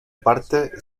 parte